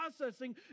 processing